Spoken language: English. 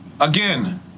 Again